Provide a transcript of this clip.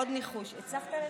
עוד ניחוש, הצלחת לנחש?